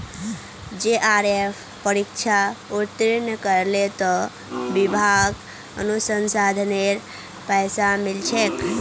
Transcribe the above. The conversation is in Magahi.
जेआरएफ परीक्षा उत्तीर्ण करले त विभाक अनुसंधानेर पैसा मिल छेक